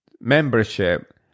membership